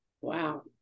wow